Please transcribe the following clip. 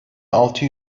altı